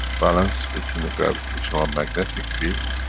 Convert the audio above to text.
balance between the gravitational and magnetic field.